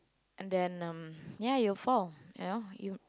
and then um ya you'll fall you know you